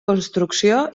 construcció